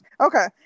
Okay